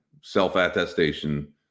self-attestation